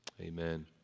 amen